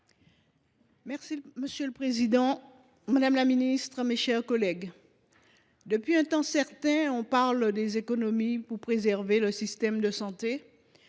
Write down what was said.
Petrus. Monsieur le président, madame la ministre, mes chers collègues, depuis un temps certain, on parle d’économies pour préserver notre système de santé,